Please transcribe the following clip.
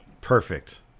Perfect